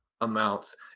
amounts